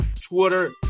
Twitter